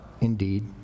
indeed